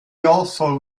also